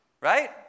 Right